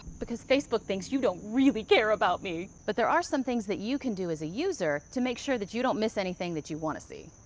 because facebook thinks you don't really care about me. but there are some things that you can do as a user to make sure that you don't miss anything that you want to see.